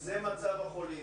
זה מצב החולים.